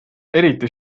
eriti